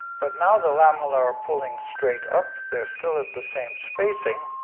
but now the lamellar are pulling straight up, they're still at the same spacing,